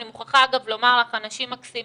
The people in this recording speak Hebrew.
אני מוכרחה לומר לך, אגב, אנשים מקסימים,